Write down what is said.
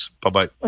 Bye-bye